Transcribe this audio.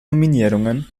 nominierungen